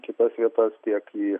kitas vietas tiek į